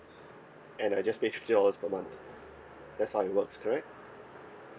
and I just pay fifty dollars per month that's how it works correct